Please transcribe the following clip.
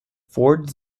fort